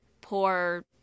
poor